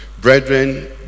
Brethren